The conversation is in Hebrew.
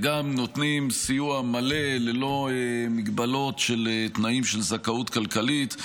וגם נותנים סיוע מלא ללא מגבלות של תנאים של זכאות כלכלית,